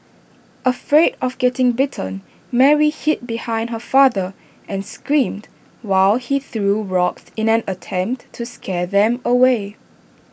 afraid of getting bitten Mary hid behind her father and screamed while he threw rocks in an attempt to scare them away